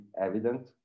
evident